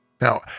Now